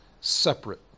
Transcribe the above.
separate